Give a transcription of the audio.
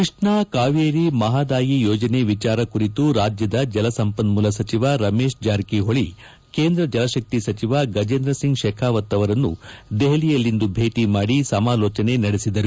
ಕೃಷ್ಣಾ ಕಾವೇರಿ ಮಹಾದಾಯಿ ಯೋಜನೆ ವಿಚಾರ ಕುರಿತು ರಾಜ್ಯದ ಜಲಸಂಪನ್ಮೂಲ ಸಚಿವ ರಮೇಶ್ ಜಾರಕಿಹೋಳಿ ಕೇಂದ್ರ ಜಲಶಕ್ತಿ ಸಚಿವ ಗಜೇಂದ್ರ ಸಿಂಗ್ ಶೇಖಾವತ್ ಅವರನ್ನು ದೆಹಲಿಯಲ್ಲಿಂದು ಭೇಟಿ ಮಾದಿ ಸಮಾಲೋಚನೆ ನಡೆಸಿದರು